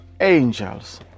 angels